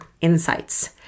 insights